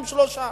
שלוש.